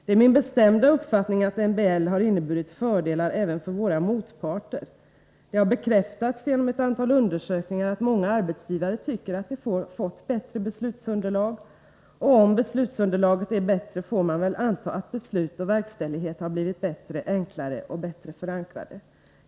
Det är min bestämda uppfattning att MBL har inneburit fördelar även för våra motparter. Det har bekräftats genom ett antal undersökningar att många arbetsgivare tycker att de fått bättre beslutsunderlag, och om beslutsunderlaget är bättre får man väl anta att beslut och verkställighet har blivit bättre, enklare och bättre förankrade.